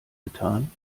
getan